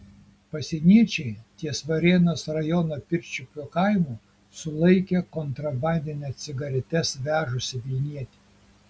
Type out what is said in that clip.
pasieniečiai ties varėnos rajono pirčiupių kaimu sulaikė kontrabandines cigaretes vežusį vilnietį